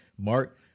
Mark